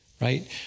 right